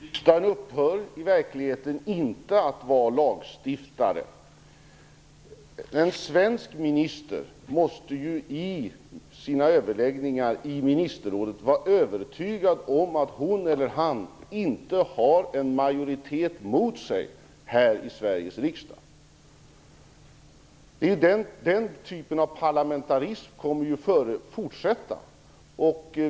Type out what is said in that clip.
Fru talman! Riksdagen upphör i verkligheten inte att vara lagstiftare. En svensk minister måste ju i sina överläggningar i ministerrådet vara övertygad om att hon eller han inte har en majoritet mot sig här i Sveriges riksdag. Den typen av parlamentarism kommer ju att fortsätta.